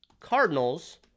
Cardinals